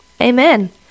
amen